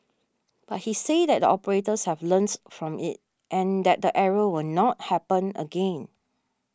but he said that the operators have learnt from it and that the error will not happen again